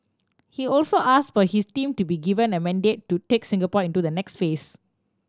he also asked for his team to be given a mandate to take Singapore into the next phase